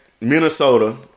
Minnesota